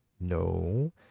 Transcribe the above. no